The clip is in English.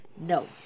No